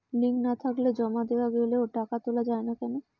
Link না থাকলে জমা দেওয়া গেলেও টাকা তোলা য়ায় না কেন?